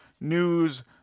news